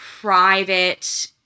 private